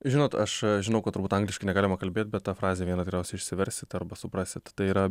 žinot aš žinau kad turbūt angliškai negalima kalbėt bet tą frazę vieną tikriausiai išsiversit arba suprasit tai yra